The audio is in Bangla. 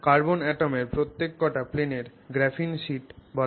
কার্বন অ্যাটমের প্রত্যেক কটা প্লেনকে গ্রাফিন শিট বলা হয়